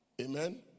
Amen